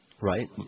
Right